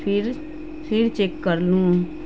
پھر پھر چیک کر لوں